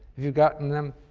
you gotten them?